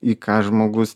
į ką žmogus